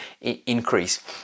increase